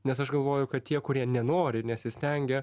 nes aš galvoju kad tie kurie nenori nesistengia